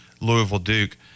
Louisville-Duke